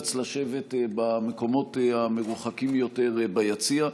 נאלץ לשבת במקומות המרוחקים יותר ביציע.